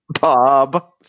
bob